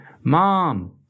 Mom